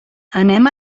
anem